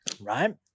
right